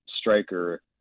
striker